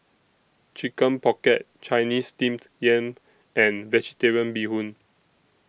Chicken Pocket Chinese Steamed Yam and Vegetarian Bee Hoon